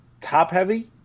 top-heavy